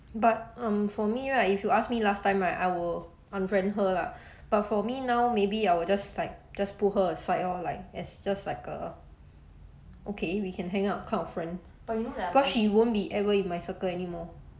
but um for me right if you ask me last time right I will unfriend her lah but for me now maybe I will just like just put her aside orh like as just like a okay we can hang out kind of friend but she won't be ever in my circle anymore